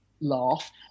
laugh